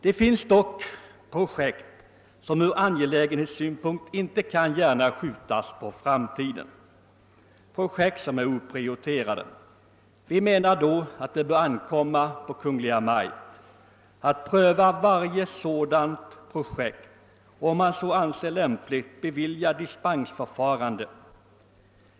Det finns dock oprioriterade projekt som från angelägenhetssynpunkt inte gärna kan skjutas på framtiden. Vi menar att det bör ankomma på Kungl. Maj:t att pröva varje sådant projekt och om man så anser lämpligt bevilja dispens.